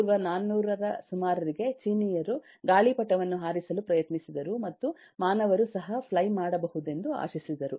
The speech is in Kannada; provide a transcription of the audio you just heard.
ಪೂ 400 ರ ಸುಮಾರಿಗೆ ಚೀನೀಯರು ಗಾಳಿಪಟವನ್ನು ಹಾರಿಸಲು ಪ್ರಯತ್ನಿಸಿದರು ಮತ್ತು ಮಾನವರು ಸಹ ಫ್ಲೈ ಮಾಡಬಹುದೆಂದು ಆಶಿಸಿದರು